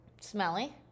smelly